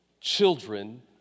children